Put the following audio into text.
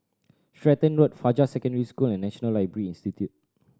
Stratton Road Fajar Secondary School and National Library Institute